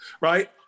right